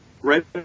Right